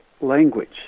language